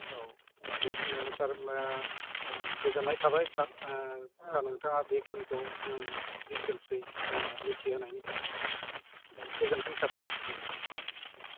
औ बेखिनियानो सार गोजोननाय थाबाय सार सार नोंथाङा बेखिनिखौ डिटेल्सआव मिथिहोनायनि थाखाय गोजोनथों सार दे गोजोनथों